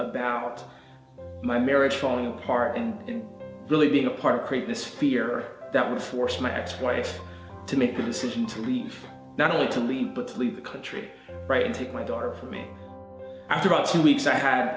about my marriage falling apart and really being a part of create this fear that would force my ex wife to make a decision to leave not only to leave but to leave the country right and take my daughter from me i dropped two weeks i had